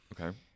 okay